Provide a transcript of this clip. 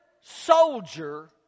soldier